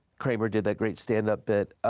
kramer did that great stand-up bit.